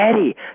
Eddie